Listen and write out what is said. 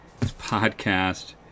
podcast